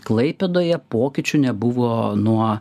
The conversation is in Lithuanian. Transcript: klaipėdoje pokyčių nebuvo nuo